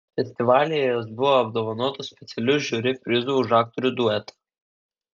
festivalyje jos buvo apdovanotos specialiu žiuri prizu už aktorių duetą